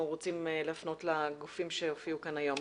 רוצים להפנות לגופים שהופיעו כאן היום.